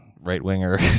right-winger